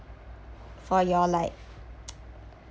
for your life